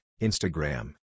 Instagram